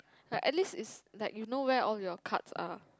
like at least is like you know where all your cards are